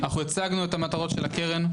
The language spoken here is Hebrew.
אנחנו הצגנו את מטרות הקרן.